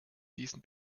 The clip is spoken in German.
diesen